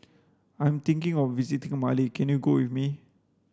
I'm thinking of visiting Mali can you go with me